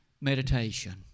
Meditation